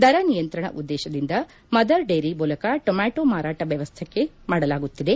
ದರ ನಿಯಂತ್ರಣ ಉದ್ದೇಶದಿಂದ ಮದರ್ ಡೈರಿ ಮೂಲಕ ಟೊಮ್ಯಾಟೋ ಮಾರಾಟಕ್ಕೆ ವ್ಯವಸ್ಥೆ ಮಾಡಲಾಗುತ್ತಿದೆ